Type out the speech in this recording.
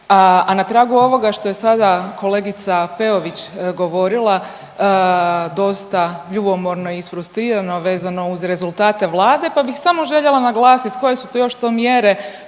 a na tragu ovoga što je sada kolegica Peović govorila, dosta ljubomorno i isfrustrirano vezano uz rezultate Vlade pa bih samo željela naglasiti koje su to još to mjere